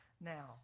Now